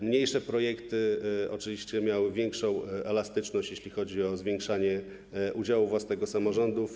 Mniejsze projekty miały oczywiście większą elastyczność, jeśli chodzi o zwiększanie udziału własnego samorządów.